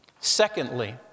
Secondly